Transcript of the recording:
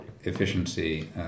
efficiency